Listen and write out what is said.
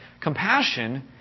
Compassion